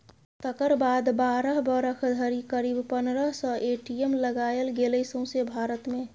तकर बाद बारह बरख धरि करीब पनरह सय ए.टी.एम लगाएल गेलै सौंसे भारत मे